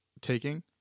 taking